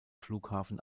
flughafen